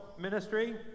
ministry